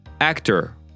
actor